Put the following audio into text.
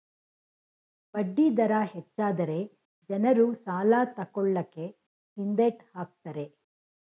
ಬಡ್ಡಿ ದರ ಹೆಚ್ಚಾದರೆ ಜನರು ಸಾಲ ತಕೊಳ್ಳಕೆ ಹಿಂದೆಟ್ ಹಾಕ್ತರೆ